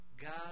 God